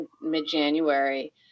mid-January